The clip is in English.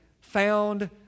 found